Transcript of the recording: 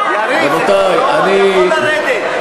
אתה יכול לרדת.